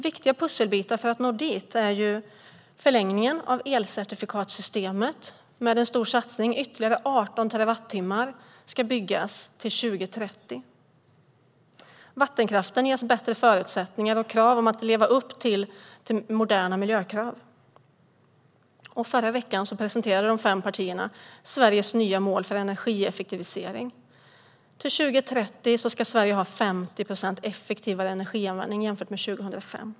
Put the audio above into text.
Viktiga pusselbitar för att nå dit är förlängningen av elcertifikatssystemet med en stor satsning på att ytterligare 18 terawattimmar ska byggas till 2030, att vattenkraften ges bättre förutsättningar och med krav på att leva upp till moderna miljökrav. Förra veckan presenterade de fem partierna Sveriges nya mål för energieffektivisering. Till 2030 ska Sverige ha 50 procent effektivare energianvändning jämfört med 2005.